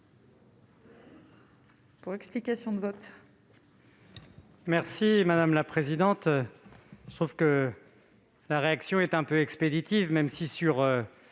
pour explication de vote.